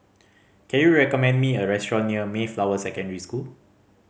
can you recommend me a restaurant near Mayflower Secondary School